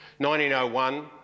1901